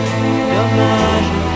dommage